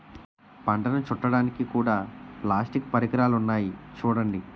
పంటను చుట్టడానికి కూడా ప్లాస్టిక్ పరికరాలున్నాయి చూడండి